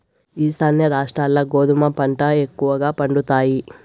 ఈశాన్య రాష్ట్రాల్ల గోధుమ పంట ఎక్కువగా పండుతాయి